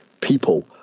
people